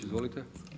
Izvolite.